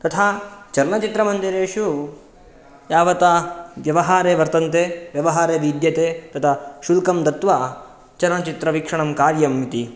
तथा चलनचित्रमन्दिरेषु यावता व्यवहारे वर्तन्ते व्यवहारे विद्यते तता शुल्कं दत्वा चलनचित्रवीक्षणं कार्यम् इति